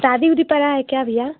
शादी उदी पड़ा है क्या भैया